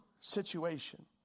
situation